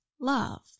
love